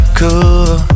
cool